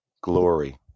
glory